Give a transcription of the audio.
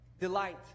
Delight